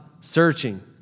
searching